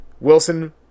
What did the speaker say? Wilson